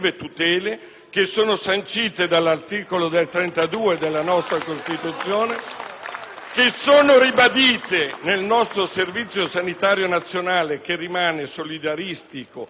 ...ribadite nel nostro Servizio sanitario nazionale (che rimane solidaristico e universalitistico) e contenute nel codice deontologico di Ippocrate